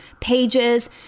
pages